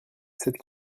cette